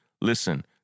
Listen